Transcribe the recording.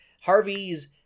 Harvey's